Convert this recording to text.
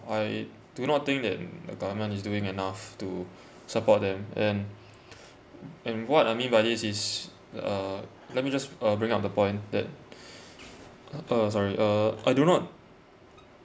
I do not think that the government is doing enough to support them and and what I mean by this is uh let me just uh bring up the point that uh sorry uh I do not